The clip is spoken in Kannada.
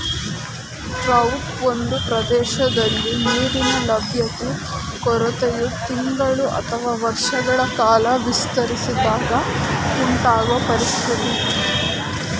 ಡ್ರೌಟ್ ಒಂದು ಪ್ರದೇಶದಲ್ಲಿ ನೀರಿನ ಲಭ್ಯತೆ ಕೊರತೆಯು ತಿಂಗಳು ಅಥವಾ ವರ್ಷಗಳ ಕಾಲ ವಿಸ್ತರಿಸಿದಾಗ ಉಂಟಾಗೊ ಪರಿಸ್ಥಿತಿ